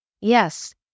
Yes